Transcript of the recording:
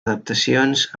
adaptacions